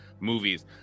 movies